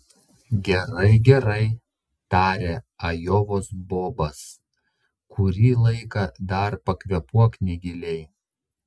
gerai gerai tarė ajovos bobas kurį laiką dar pakvėpuok negiliai